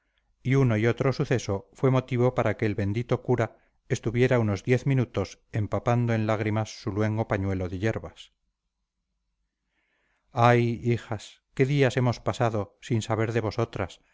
y uno y otro suceso fue motivo para que el bendito cura estuviera unos diez minutos empapando en lágrimas su luengo pañuelo de yerbas ay hijas qué días hemos pasado sin saber de vosotras